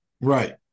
Right